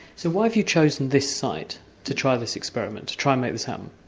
so why have you chosen this site to try this experiment, to try and make this happen?